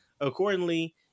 accordingly